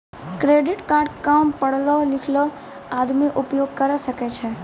Credit card काम पढलो लिखलो आदमी उपयोग करे सकय छै?